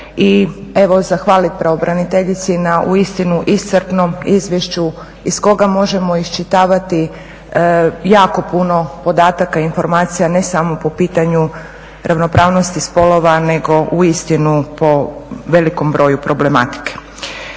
i evo zahvaliti pravobraniteljici na uistinu iscrpnom izvješću iz koga možemo iščitavati jako puno podataka, informacija ne samo po pitanju ravnopravnosti spolova nego uistinu po velikom broju problematike.